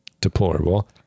deplorable